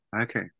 Okay